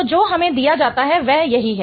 तो जो हमें दिया जाता है वह यही है